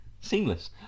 Seamless